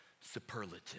superlative